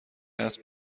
هست